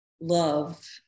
love